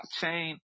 blockchain